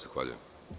Zahvaljujem.